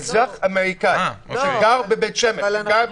אזרח אמריקאי שגר בבית שמש או בירושלים.